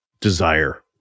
desire